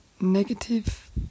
negative